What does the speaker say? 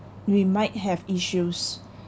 we might have issues